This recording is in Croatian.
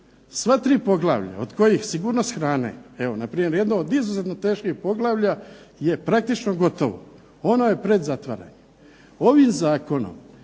Sva tri poglavlja od kojih sigurnost hrane, evo npr. jedno od izuzetno teških poglavlja je praktično gotovo. Ono je pred zatvaranjem. Ovim zakonom